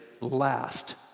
last